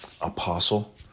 apostle